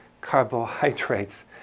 carbohydrates